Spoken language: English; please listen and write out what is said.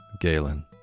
Galen